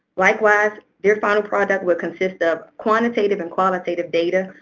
likewise, their final project will consist of quantitative and qualitative data,